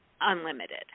unlimited